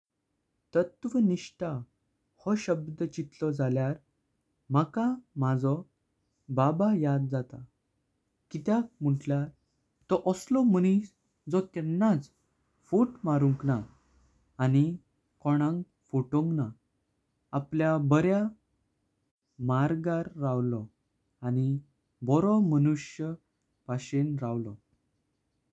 तत्वनिष्ट हो शब्द चित्तलो झाल्यार माका माझा बाबा याद जाता। कित्याक मंटल्यार तो हासलो माणिस जो केन्नाच फट मारुंक ना। आनी कोणाक फटोंग ना आपल्या बार्या मार्गार रावलो आनी बरो माणूस्या पाशेन रावलो।